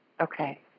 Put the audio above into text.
Okay